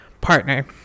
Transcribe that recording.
Partner